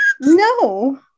No